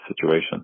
situation